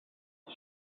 mae